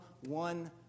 one